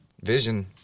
Vision